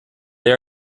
they